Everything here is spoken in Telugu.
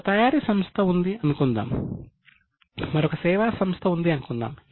ఒక తయారీ సంస్థ ఉంది అనుకుందాం మరొక సేవా సంస్థ ఉంది అనుకుందాం